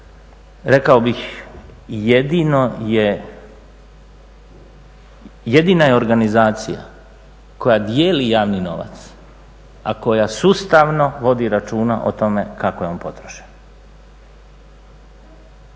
rekao bih, jedina je organizacija koja dijeli javni novac, a koja sustavno vodi računa o tome kako je on potrošen.